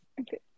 Okay